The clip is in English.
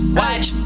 watch